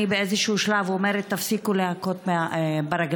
אני באיזשהו שלב אומרת: תפסיקו להכות ברגליים.